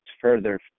further